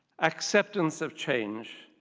acceptance of change,